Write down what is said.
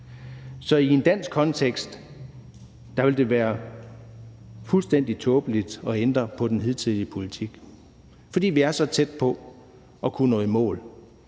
Så i en dansk kontekst ville det være fuldstændig tåbeligt at ændre på den hidtidige politik. For vi er så tæt på at kunne nå i mål.